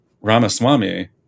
Ramaswamy